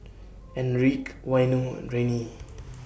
Enrique Waino and Renee